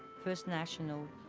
first national.